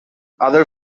other